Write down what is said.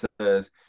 says